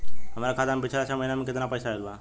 हमरा खाता मे पिछला छह महीना मे केतना पैसा आईल बा?